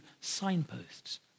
signposts